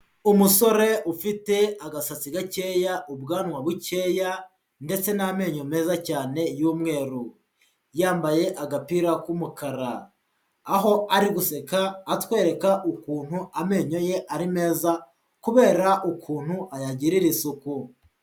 Umusore ufite agasatsi gakeya ubwanwa bukeya ndetse n'amenyo meza cyane y'umweru, yambaye agapira k'umukara. Aho ari guseka atwereka ukuntu amenyo ye ari meza kubera ukuntu ayagirira isuku.